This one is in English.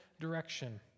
direction